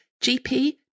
GP